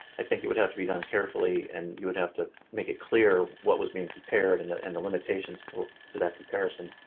i think it would have to be done carefully and you would have to make it clear what was being compared and the and the limitations to to that comparison.